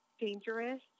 dangerous